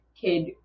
kid